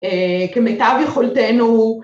כמיטב יכולתנו